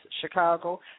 Chicago